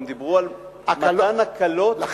הם דיברו על מתן הקלות בבחינות.